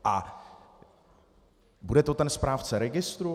A bude to ten správce registru?